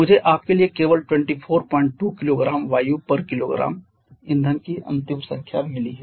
मुझे आपके लिए केवल 242 किलोग्राम वायुकिलोग्राम ईंधन की अंतिम संख्या मिली है